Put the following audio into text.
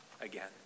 again